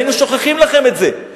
היינו שוכחים לכם את זה,